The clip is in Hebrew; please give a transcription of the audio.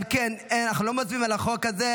אם כן, אנחנו לא מצביעים על החוק הזה.